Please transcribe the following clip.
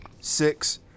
six